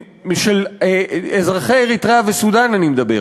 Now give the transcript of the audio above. של אזרחי אריתריאה וסודאן אני מדבר,